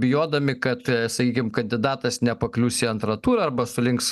bijodami kad sakykim kandidatas nepaklius į antrą turą arba sulinks